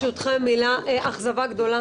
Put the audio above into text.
אכזבה גדולה.